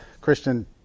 Christian